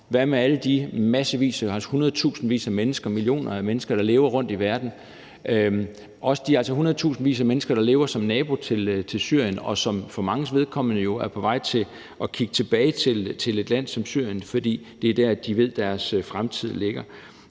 Hvad med alle de mennesker, massevis, hundredtusindvis af mennesker, millioner af mennesker, der lever rundtomkring i verden, og de hundredtusindvis af mennesker, der lever som naboer til Syrien, og som for manges vedkommende er på vej til at kigge tilbage til et land som Syrien, fordi det er der, de ved, deres fremtid ligger?